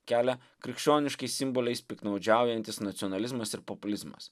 kelia krikščioniškais simboliais piktnaudžiaujantys nacionalizmas ir populizmas